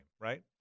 right